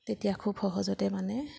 তেতিয়া খুব সহজতে মানে